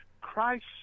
Christ